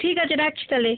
ঠিক আছে রাখছি তাহলে